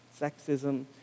sexism